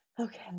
Okay